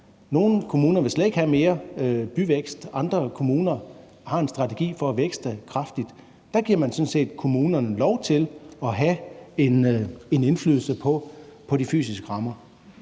Nogle kommuner vil slet ikke have mere byvækst, andre kommuner har en strategi for at vækste kraftigt. Der giver man sådan set kommunerne lov til at have en indflydelse på de fysiske rammer.